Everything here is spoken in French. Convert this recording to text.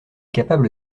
capable